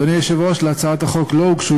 אדוני היושב-ראש, להצעת החוק לא הוגשו